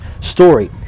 story